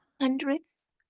hundreds